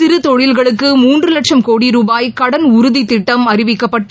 சிறு தொழில்களுக்கு முன்று லட்சம் கோடி ருபாய் கடன் உறுதி திட்டம் அறிவிக்கப்பட்டு